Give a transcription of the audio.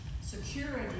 security